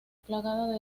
plagada